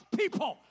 people